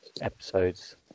episodes